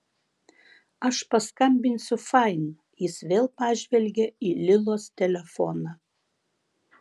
aš paskambinsiu fain jis vėl pažvelgė į lilos telefoną